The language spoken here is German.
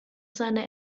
seine